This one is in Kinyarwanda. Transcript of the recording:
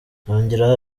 yongeraho